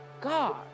God